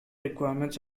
requirements